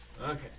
Okay